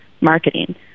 marketing